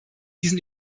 diesen